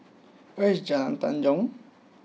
where is Jalan Tanjong